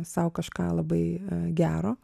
sau kažką labai gero